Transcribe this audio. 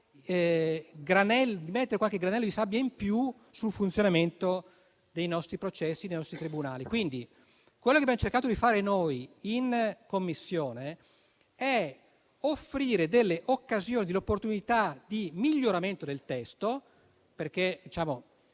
mettere qualche granello di sabbia in più nel funzionamento dei nostri processi nei nostri tribunali. Quello che abbiamo cercato di fare in Commissione è offrire delle occasioni e delle opportunità di miglioramento del testo. Siamo